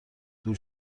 دور